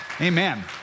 Amen